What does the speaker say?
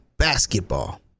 basketball